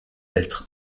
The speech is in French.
lettres